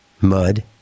Mud